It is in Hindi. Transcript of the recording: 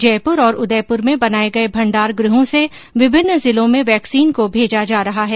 जयपुर और उदयपुर में बनाए गए भंडारगृहों से विभिन्न जिलों में वैक्सीन भेजी जा रही है